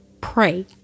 Pray